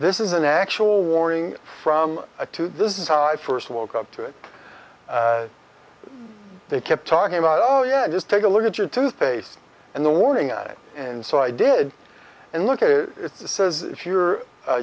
this is an actual warning from a to this is how i first woke up to it they kept talking about oh yeah just take a look at your toothpaste and the warning on it and so i did and look at it says if you're a